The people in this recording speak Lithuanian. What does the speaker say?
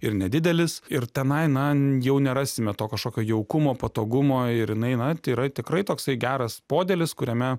ir nedidelis ir tenai na jau nerasime to kažkokio jaukumo patogumo ir jinai na tai yra tikrai toksai geras podėlis kuriame